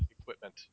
equipment